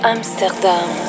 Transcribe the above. Amsterdam